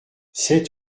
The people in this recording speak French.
sept